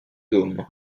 dôme